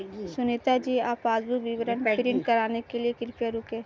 सुनीता जी आप पासबुक विवरण प्रिंट कराने के लिए कृपया रुकें